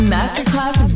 Masterclass